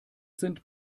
sind